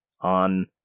on